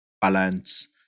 balance